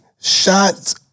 Shot